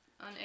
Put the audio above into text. on